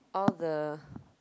all the